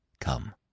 Come